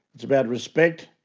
it's about respect.